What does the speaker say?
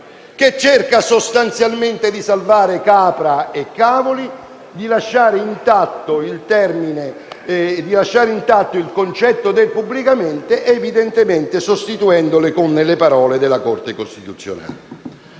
che cerca sostanzialmente di salvare capra e cavoli, di lasciare intatto il concetto del «pubblicamente», evidentemente sostituendolo con le parole della Corte costituzionale.